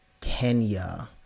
Kenya